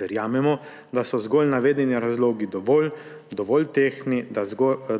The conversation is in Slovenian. Verjamemo, da so zgolj navedeni razlogi dovolj tehtni,